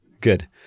Good